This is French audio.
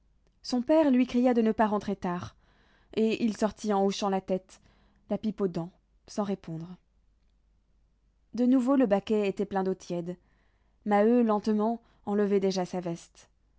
son père lui cria de ne pas rentrer tard et il sortit en hochant la tête la pipe aux dents sans répondre de nouveau le baquet était plein d'eau tiède maheu lentement enlevait déjà sa veste